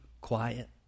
quiet